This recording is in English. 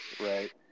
right